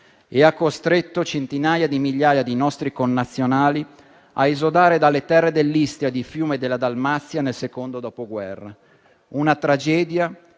e ha costretto centinaia di migliaia di nostri connazionali a esodare dalle terre dell'Istria, di Fiume e della Dalmazia nel secondo dopoguerra: una tragedia